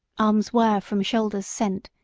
arms were from shoulders sent,